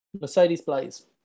Mercedes-Blaze